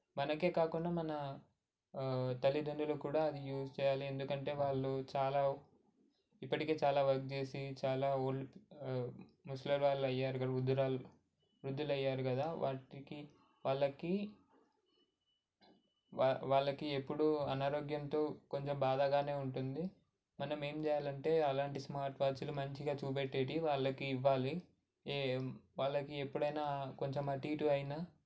మనకే కాకుండా మన తల్లిదండ్రులకు కూడా అది యూజ్ చేయాలి ఎందుకంటే వాళ్ళు చాలా ఇప్పటికే చాలా వర్క్ చేసి చాలా ఓల్డ్ ముసలివాళ్ళు అయ్యారు వృద్ధురాలు వృద్దులు అయ్యారు కదా వాళ్ళకి వాళ్ళకి వా వాళ్ళకి ఎప్పుడూ అనారోగ్యంతో కొంచెం బాధగానే ఉంటుంది మనం ఏం చేయాలి అంటే అలాంటి స్మార్ట్ వాచ్లు మంచిగా చూపెట్టేవి వాళ్ళకి ఇవ్వాలి ఏ వాళ్ళకి ఎప్పుడైనా కొంచెం అటు ఇటు అయినా